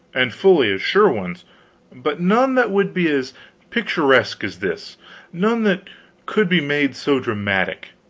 and fully as sure ones but none that would be as picturesque as this none that could be made so dramatic.